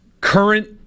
current